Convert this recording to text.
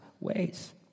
ways